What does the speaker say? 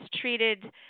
treated